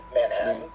Manhattan